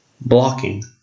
blocking